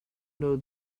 know